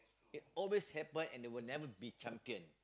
it always happen and they will never be champion